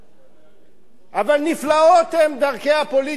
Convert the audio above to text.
אבל נפלאות הן דרכי הפוליטיקה בבניין הזה,